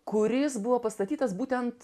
kuris buvo pastatytas būtent